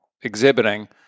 exhibiting